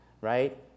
right